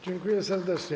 Dziękuję serdecznie.